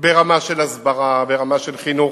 של הסברה, ברמה של חינוך.